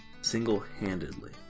single-handedly